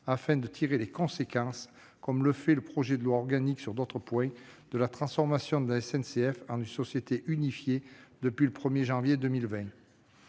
en tirant les conséquences, comme le fait le projet de loi organique sur d'autres points, de la transformation de la SNCF en une société unifiée depuis le 1 janvier 2020.